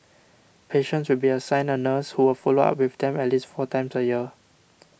patients will be assigned a nurse who will follow up with them at least four times a year